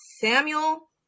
Samuel